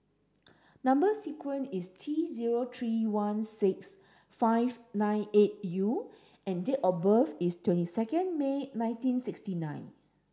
number sequence is T zero three one six five nine eight U and date of birth is twenty second May nineteen sixty nine